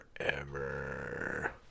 forever